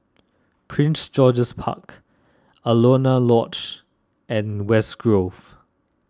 Prince George's Park Alaunia Lodge and West Grove